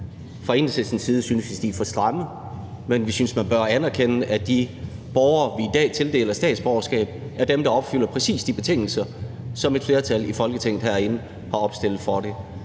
Fra Enhedslistens side synes vi, de er for stramme, men vi synes, man bør anerkende, at de borgere, vi i dag tildeler statsborgerskab, er dem, der opfylder præcis de betingelser, som et flertal i Folketinget herinde har opstillet for det.